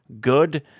good